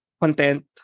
content